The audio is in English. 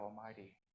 Almighty